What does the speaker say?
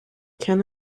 can